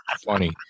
funny